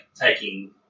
taking